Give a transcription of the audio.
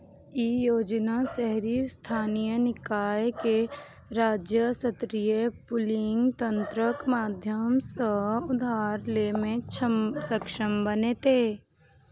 ई योजना शहरी स्थानीय निकाय कें राज्य स्तरीय पूलिंग तंत्रक माध्यम सं उधार लै मे सक्षम बनेतै